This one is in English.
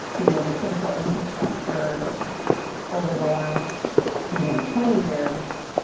you know the critical infrastructure over the last you know twenty years.